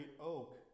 oak